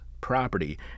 property